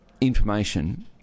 information